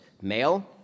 male